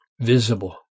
visible